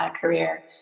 career